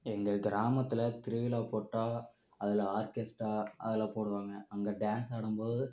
எங்கள் கிராமத்தில் திருவிழா போட்டா அதில் ஆர்கெஸ்ட்ரா அதெலாம் போடுவாங்க அங்கே டான்ஸ் ஆடும்போது